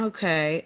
Okay